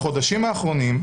בחודשים האחרונים?